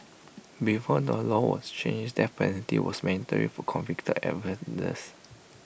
before the law was changed the death penalty was mandatory for convicted offenders